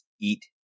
eat